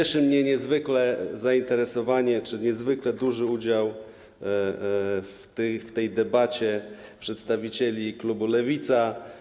Cieszy mnie niezwykle zainteresowanie czy niezwykle duży udział w tej debacie przedstawicieli klubu Lewica.